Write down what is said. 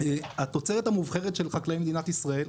יותר, התוצרת המובחרת של חקלאי מדינת ישראל,